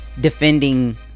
defending